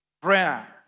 Prayer